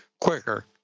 quicker